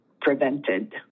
prevented